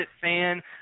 fan